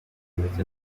ndetse